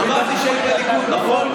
הבנתי שהיית בליכוד, נכון?